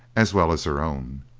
as well as her own.